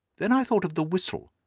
then i thought of the whistle.